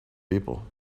people